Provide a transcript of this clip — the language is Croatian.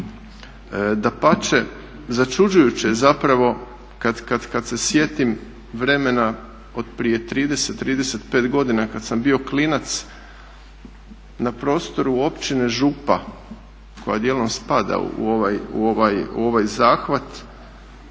Dapače, začuđujuće zapravo kada se sjetim vremena od prije 30, 35 godina kada sam bio klinac na prostoru Općine Župa koja dijelom spada u ovaj zahvat,